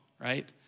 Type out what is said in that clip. right